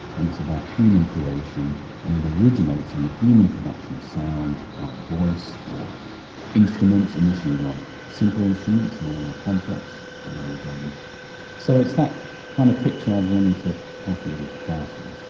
and it's about human creation and it originates in the human production of sound by the voice, or instruments, initially rather simple instruments, now more complex. and um so it's that kind of picture i was wanting to cast a little doubt on.